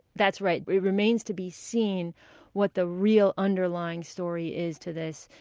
that's right. it remains to be seen what the real underlying story is to this.